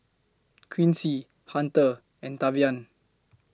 Quincy Hunter and Tavian